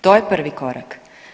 To je prvi korak.